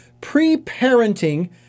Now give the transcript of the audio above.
pre-parenting